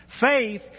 Faith